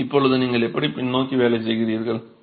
இப்போது நீங்கள் எப்படி பின்னோக்கி வேலை செய்கிறீர்கள்